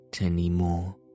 anymore